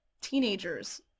teenagers